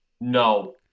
No